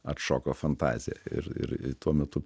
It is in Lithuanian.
atšoko fantazija ir ir tuo metu